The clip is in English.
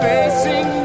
Facing